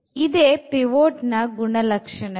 ಇದೆ ಪಿವೊಟ್ ನ ಗುಣಲಕ್ಷಣಗಳು